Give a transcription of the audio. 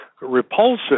repulsive